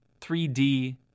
3D